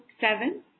seven